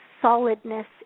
solidness